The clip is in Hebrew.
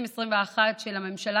של הממשלה,